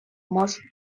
most